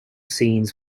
scenes